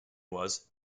was